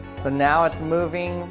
now it's moving,